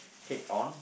head on